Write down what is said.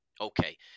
Okay